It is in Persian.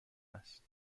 است